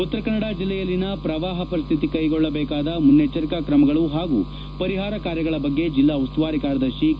ಉತ್ತರಕನ್ನಡ ಜಿಲ್ಲೆಯಲ್ಲಿನ ಪ್ರವಾಹ ಪರಿಸ್ಥಿತಿ ಕೈಗೊಳ್ಳಬೇಕಾದ ಮುನ್ನೆಚ್ಚರಿಕಾ ಕ್ರಮಗಳು ಹಾಗೂ ಪರಿಹಾರ ಕಾರ್ಯಗಳ ಬಗ್ಗೆ ಜಿಲ್ಲಾ ಉಸ್ತುವಾರಿ ಕಾರ್ಯದರ್ಶಿ ಕೆ